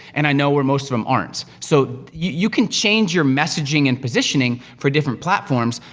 and i know where most of em aren't. so, you can change your messaging and positioning for different platforms,